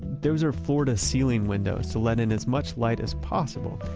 those are floor-to-ceiling windows, to let in as much light as possible.